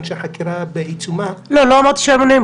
שהחקירה בעיצומה --- לא אמרתי שהם מנועים,